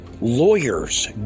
Lawyers